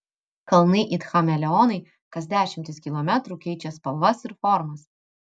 kalnai it chameleonai kas dešimtis kilometrų keičia spalvas ir formas